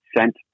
sent